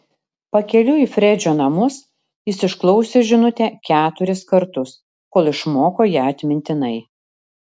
pakeliui į fredžio namus jis išklausė žinutę keturis kartus kol išmoko ją atmintinai